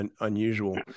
unusual